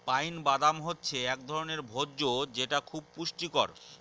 pine বাদাম হচ্ছে এক ধরনের ভোজ্য যেটা খুব পুষ্টিকর